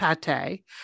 pate